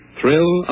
Thrill